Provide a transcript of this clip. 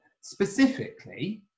Specifically